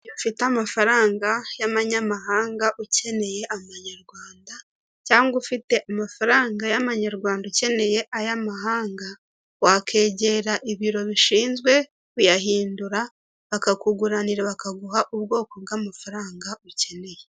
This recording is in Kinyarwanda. Ufite amafaranga y'amanyamahanga ukeneye amanyarwanda, cyangwa ufite amafaranga y'amanyarwanda ukeneye amanyamahanga, wakegera ibiro bishinzwe kuyahindura bakakuguranira bakaguha ubwoko bw'amafaranga ukeneye.